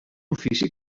ofici